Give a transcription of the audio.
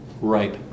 Right